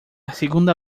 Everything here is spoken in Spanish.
segunda